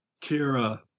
Kira